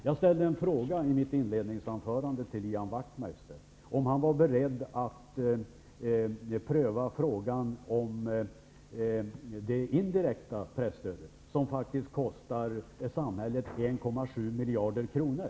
Jag ställde i mitt inledningsanförande en fråga till Ian Wachtmeister, nämligen om han var beredd att pröva frågan om det indirekta presstödet, som faktiskt kostar samhället 1,7 miljarder kronor.